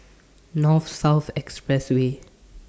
North South Expressway